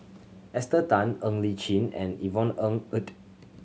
Esther Tan Ng Li Chin and Yvonne Ng Uhde